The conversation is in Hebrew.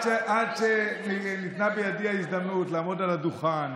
עד שניתנה בידי ההזדמנות לעמוד על הדוכן